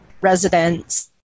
residents